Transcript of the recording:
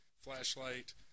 flashlight